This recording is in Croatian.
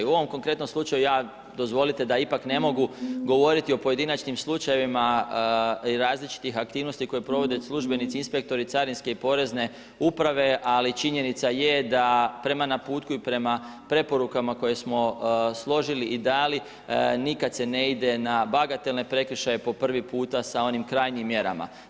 U ovom konkretnom slučaju ja dozvolite da ipak ne mogu govoriti o pojedinačnim slučajevima i različitih aktivnosti koje provode službenici, inspektori carinske i porezne uprave, ali činjenica je da prema naputku i prema preporukama koje smo složili i dali, nikad se ne ide na bagatelne prekršaje po prvi puta sa onim krajnjim mjerama.